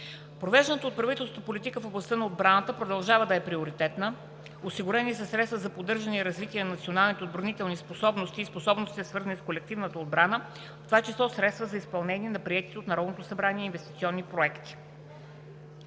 Провежданата от правителството политика в областта на отбраната продължава да е приоритетна. Осигурени са средства за поддържане и развитие на националните отбранителни способности и способностите, свързани с колективната отбрана, в това число средства за изпълнение на приетите от Народното събрание инвестиционни проекти.